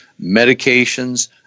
medications